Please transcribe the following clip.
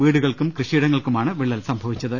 വീടുകൾക്കും കൃഷിയിടങ്ങൾക്കുമാണ് വിള്ളൽ സംഭവിച്ചത്